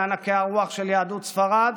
מענקי הרוח של יהדות ספרד: